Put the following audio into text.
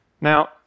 Now